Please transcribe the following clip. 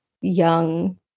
young